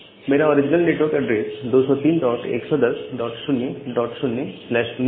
मेरा original network address 2031100019 था